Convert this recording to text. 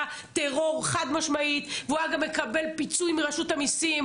טרור חד משמעית והוא היה גם מקבל פיצוי מרשות המיסים